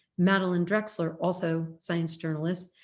madeleine drexler, also science journalist,